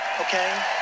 okay